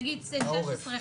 נגיד סעיפים 16,